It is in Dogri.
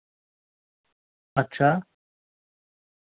अच्छा